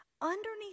Underneath